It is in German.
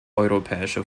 europäische